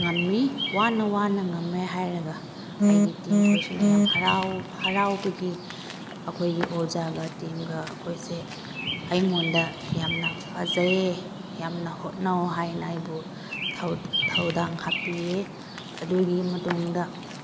ꯉꯝꯃꯤ ꯋꯥꯅ ꯋꯥꯅ ꯉꯝꯃꯦ ꯍꯥꯏꯔꯒ ꯑꯩꯒꯤ ꯇꯤꯝꯈꯣꯏꯁꯨ ꯌꯥꯝ ꯍꯔꯥꯎ ꯍꯔꯥꯎꯕꯒꯤ ꯑꯩꯈꯣꯏꯒꯤ ꯑꯣꯖꯥꯒ ꯇꯤꯝꯒ ꯑꯩꯈꯣꯏꯁꯦ ꯑꯩꯉꯣꯟꯗ ꯌꯥꯝꯅ ꯐꯖꯩꯌꯦ ꯌꯥꯝꯅ ꯍꯣꯠꯅꯧ ꯍꯥꯏꯅ ꯑꯩꯕꯨ ꯊꯧꯗꯥꯡ ꯍꯥꯞꯄꯤꯌꯦ ꯑꯗꯨꯒꯤ ꯃꯇꯨꯡꯗ